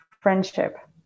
friendship